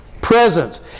presence